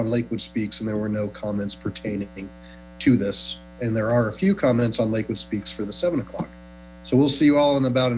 on lakewood speaks there were no comments pertaining to this and there are a few comments on lakewood speaks for the seven o'clock so we'll see you all in about